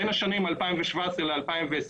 בין השנים 2017 2020,